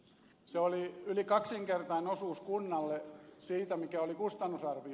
se oli yli kaksinkertainen osuus kunnalle siitä mikä oli kustannusarvio